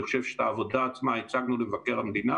אני חושב שאת העבודה עצמה הצגנו למבקר המדינה